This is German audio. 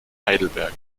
heidelberg